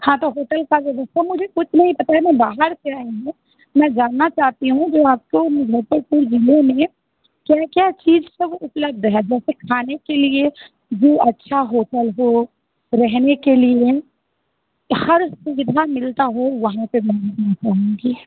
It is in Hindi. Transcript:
हाँ तो होटल का दे दो सर मुझे कुछ नहीं पता है मैं बाहर से आई हूँ मैं जानना चाहती हूँ जो आपको मुज़फ़्फ़रपुर ज़िले में क्या क्या चीज़ सब उपलब्ध है जैसे खाने के लिए जो अच्छा होटल हो रहने के लिए हर सुविधा मिलती हो वहाँ पर मैं चाहूँगी